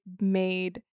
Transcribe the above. made